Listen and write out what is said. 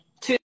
two